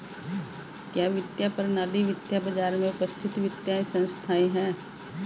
क्या वित्तीय प्रणाली वित्तीय बाजार में उपस्थित वित्तीय संस्थाएं है?